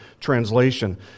translation